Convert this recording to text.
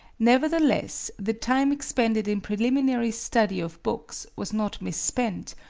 nevertheless, the time expended in preliminary study of books was not misspent,